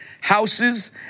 houses